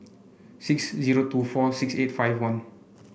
six zero two four six eight five one